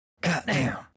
Goddamn